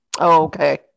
okay